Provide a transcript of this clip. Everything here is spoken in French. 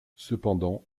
cependant